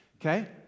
okay